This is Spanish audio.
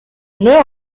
nuevo